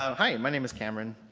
um hi, and my name is cameron,